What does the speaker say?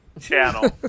channel